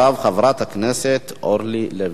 חברת הכנסת אורלי לוי אבקסיס.